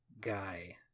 Guy